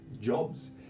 jobs